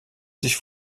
sich